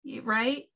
right